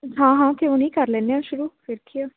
ਹਾਂ ਹਾਂ ਕਿਉਂ ਨਹੀਂ ਕਰ ਲੈਂਦੇ ਹਾਂ ਸ਼ੁਰੂ ਫਿਰ ਕੀ ਆ